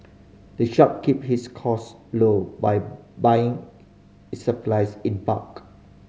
the shop keep his cost low by buying its supplies in bulk